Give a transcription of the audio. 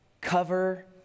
Cover